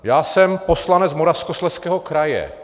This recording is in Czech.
Já jsem poslanec Moravskoslezského kraje.